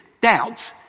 Doubt